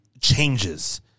changes